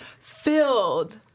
filled